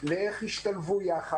לאיך ישתלבו ביחד,